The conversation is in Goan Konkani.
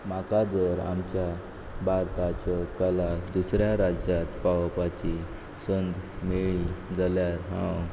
म्हाका जर आमच्या भारताच्यो कला दुसऱ्या राज्यांत पावोवपाची संद मेळी जाल्यार हांव